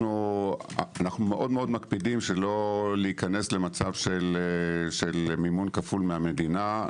אנו מאוד-מאוד מקפידים לא להיכנס למצב של מימון כפול מהמדינה.